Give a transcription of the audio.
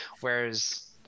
Whereas